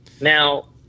Now